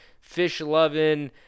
fish-loving